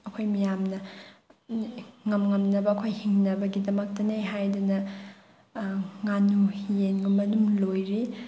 ꯑꯩꯈꯣꯏ ꯃꯌꯥꯝꯅ ꯉꯝ ꯉꯝꯅꯕ ꯑꯩꯈꯣꯏ ꯍꯤꯡꯅꯕꯒꯤꯗꯃꯛꯇꯅꯦ ꯍꯥꯏꯗꯅ ꯉꯥꯅꯨ ꯌꯦꯟꯒꯨꯝꯕ ꯑꯗꯨꯝ ꯂꯣꯏꯔꯤ